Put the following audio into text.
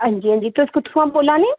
हां जी हां जी तुस कुत्थुंआं बोला ने